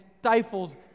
stifles